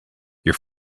your